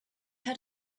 had